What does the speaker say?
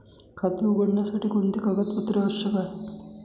खाते उघडण्यासाठी कोणती कागदपत्रे आवश्यक आहे?